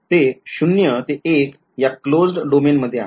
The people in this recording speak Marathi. ते शून्य ते एक १ या क्लोज्ड डोमेन मध्ये आहे